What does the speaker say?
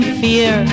fear